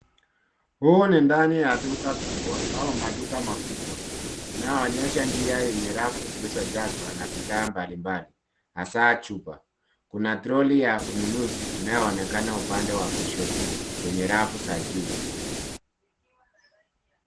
Huu ni ndani ya duka kubwa au maduka makubwa inayoonyesha njia yenye rafu zilizojazwa na bidhaa mbalimbali hasa chupa. Kuna troli ya ununuzi inayoonekana upande wa kushoto wenye rafu za juu.